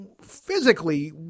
physically